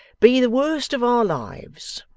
be the worst of our lives!